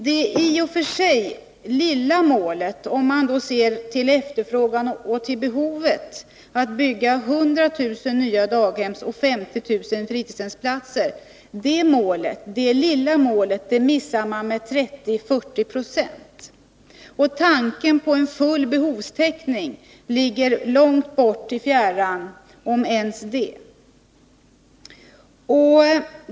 Det i och för sig lilla målet — om man ser till efterfrågan och till behovet — att bygga 100 000 nya daghemsplatser och 50 000 fritidshemsplatser missar man med 3040 20. Tanken på full behovstäckning ligger långt bort i fjärran, om ens det.